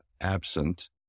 absent